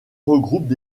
regroupe